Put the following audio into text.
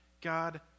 God